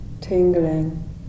tingling